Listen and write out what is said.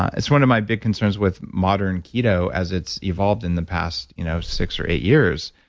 it's one of my big concerns with modern keto as it's evolved in the past you know six or eight years,